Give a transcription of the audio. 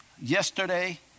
yesterday